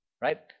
Right